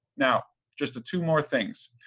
now just two more things.